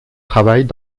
travaillent